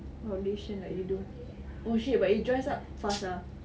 foundation like you do oh shit but it dries up fast ah